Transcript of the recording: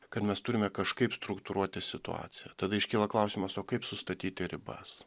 kad mes turime kažkaip struktūruoti situaciją tada iškyla klausimas o kaip sustatyti ribas